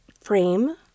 frame